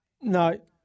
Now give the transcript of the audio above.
No